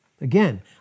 Again